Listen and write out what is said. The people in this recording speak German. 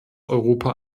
europa